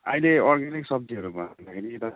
अहिले अर्ग्यानिक सबजीहरू भन्दाखेरी